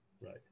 Right